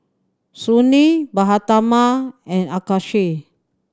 Sunil Mahatma and Akshay